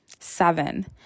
Seven